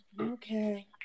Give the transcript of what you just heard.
Okay